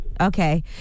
okay